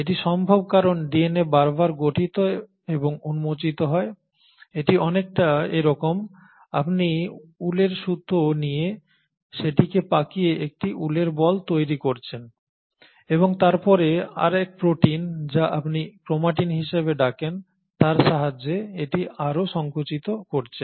এটি সম্ভব কারণ ডিএনএ বারবার গঠিত এবং উন্মোচিত হয় এটি অনেকটা এরকম আপনি উলের সুতো নিয়ে সেটিকে পাকিয়ে একটি উলের বল তৈরি করেছেন এবং তারপরে আর এক প্রোটিন যা আপনি ক্রোমাটিন হিসাবে ডাকেন তার সাহায্যে এটি আরও সংকুচিত করছেন